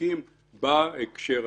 בחוקים בהקשר הזה.